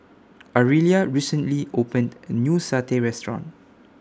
Ariella recently opened A New Satay Restaurant